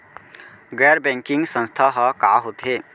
गैर बैंकिंग संस्था ह का होथे?